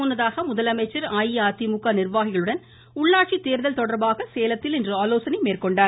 முன்னதாக முதலமைச்சர் அஇஅதிமுக நிர்வாகிகளுடன் உள்ளாட்சி தேர்தல் தொடர்பாக சேலத்தில் இன்று ஆலோசனை மேற்கொண்டார்